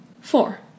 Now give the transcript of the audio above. Four